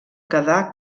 quedà